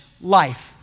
life